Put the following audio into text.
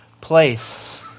place